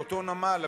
לאותו נמל,